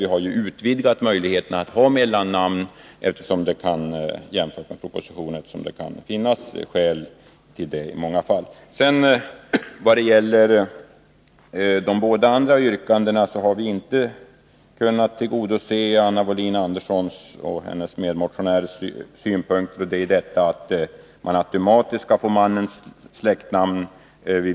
Vi har ju utvidgat möjligheten att ha mellannamn jämfört med propositionens förslag, eftersom det i många fall kan finnas skäl till det. När det gäller de båda andra yrkandena har vi inte kunnat tillgodose Anna Wohlin-Anderssons och hennes medmotionärers synpunkter att kvinnan vid vigseln automatiskt skall få mannens släktnamn.